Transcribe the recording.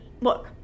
look